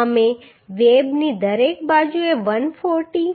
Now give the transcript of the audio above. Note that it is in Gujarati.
તેથી અમે વેબની દરેક બાજુએ 140